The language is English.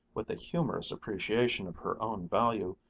with a humorous appreciation of her own value,